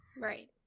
Right